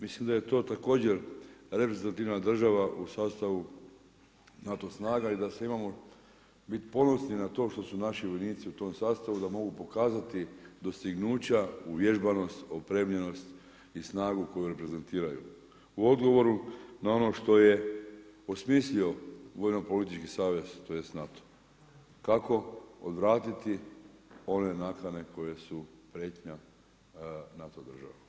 Mislim da je to također reprezentativna država u sastavu NATO snaga i da se imamo bit ponosni na to što su naši vojnici u tom sastavu da mogu pokazati dostignuća uvježbanost, opremljenost i snagu koju reprezentiraju u odgovoru na ono što je osmislio vojno-politički savez, tj. NATO kako odvratiti one nakane koje su prijetnja NATO državama.